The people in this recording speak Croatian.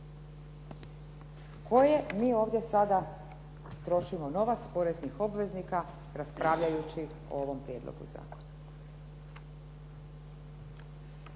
koje mi ovdje sada trošimo novac poreznih obveznika raspravljajući o ovom prijedlogu zakona.